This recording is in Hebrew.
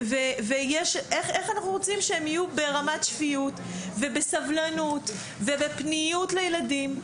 איך אנחנו רוצים שהם יהיו ברמת שפיות ובסבלנות ובפניות לילדים?